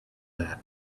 that